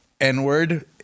n-word